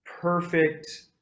perfect